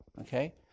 Okay